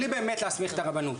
בלי באמת להסמיך את הרבנות.